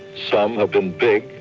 some have been big,